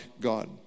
God